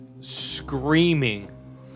screaming